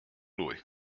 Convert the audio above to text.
lui